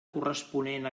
corresponent